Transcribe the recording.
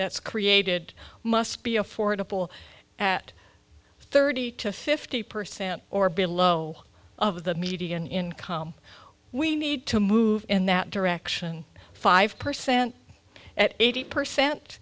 that's created must be affordable at thirty to fifty percent or below of the median income we need to move in that direction five percent at eighty percent